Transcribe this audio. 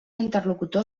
interlocutor